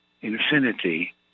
Infinity